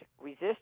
resist